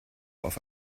auf